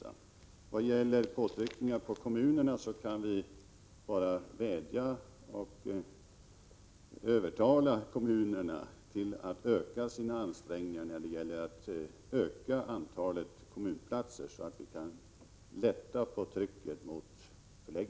I vad gäller påtryckning på kommunerna vill jag säga att vi bara kan vädja till kommunerna att öka sina ansträngningar, så att vi kan lätta på trycket när det gäller förläggningarna.